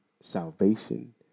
salvation